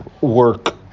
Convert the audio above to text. work